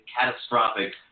catastrophic